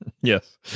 Yes